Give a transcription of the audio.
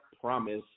promise